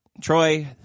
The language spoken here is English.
Troy